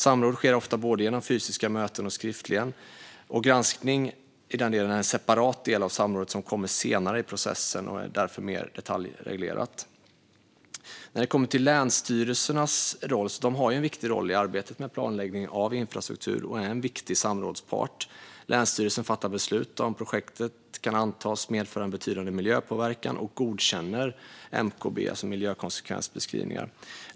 Samråd sker ofta både genom fysiska möten och skriftligen, och granskning är en separat del av samrådet. Det kommer senare i processen och är därför mer detaljreglerat. När det kommer till länsstyrelserna har de en viktig roll i arbetet med planläggningen av infrastruktur och är en viktig samrådspart. Länsstyrelsen fattar beslut om huruvida projektet kan antas medföra en betydande miljöpåverkan och godkänner MKB, alltså miljökonsekvensbeskrivningar.